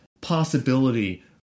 possibility